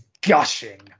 gushing